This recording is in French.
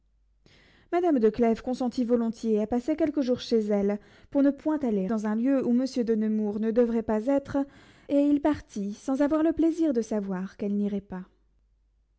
madame de clèves consentit volontiers à passer quelques jours chez elle pour ne point aller dans un lieu où monsieur de nemours ne devait pas être et il partit sans avoir le plaisir de savoir qu'elle n'irait pas